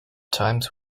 times